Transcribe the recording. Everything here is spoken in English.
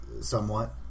Somewhat